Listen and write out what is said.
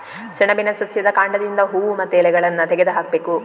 ಸೆಣಬಿನ ಸಸ್ಯದ ಕಾಂಡದಿಂದ ಹೂವು ಮತ್ತೆ ಎಲೆಗಳನ್ನ ತೆಗೆದು ಹಾಕ್ಬೇಕು